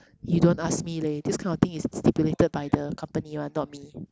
you don't ask me leh this kind of thing is stipulated by the company [one] not me